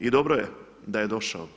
I dobro je da je došao.